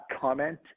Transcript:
comment